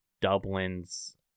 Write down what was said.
Dublin's